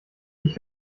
ich